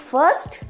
First